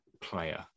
player